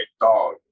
dog